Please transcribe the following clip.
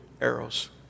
arrows